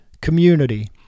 Community